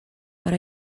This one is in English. what